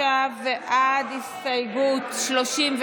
9 עד הסתייגות 37,